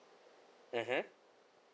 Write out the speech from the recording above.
mmhmm